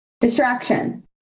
distraction